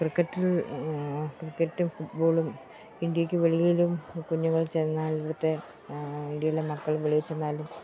ക്രിക്കറ്റിൽ ക്രിക്കറ്റും ഫുട് ബോളും ഇന്ത്യയ്ക്ക് വെളിയിലും കുഞ്ഞുങ്ങൾ ചെന്നാലിവിടുത്തെ ഇന്ത്യയിലെ മക്കൾ വെളിയിൽ ചെന്നാലും